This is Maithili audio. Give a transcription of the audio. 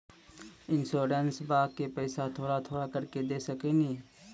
इंश्योरेंसबा के पैसा थोड़ा थोड़ा करके दे सकेनी?